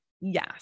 Yes